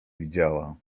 widziała